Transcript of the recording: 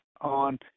on